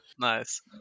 Nice